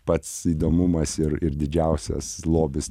pats įdomumas ir ir didžiausias lobis